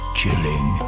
chilling